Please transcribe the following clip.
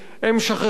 הם שכחו,